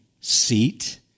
seat